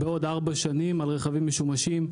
בעוד ארבע שנים על רכבים משומשים,